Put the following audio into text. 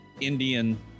Indian